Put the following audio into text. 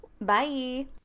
bye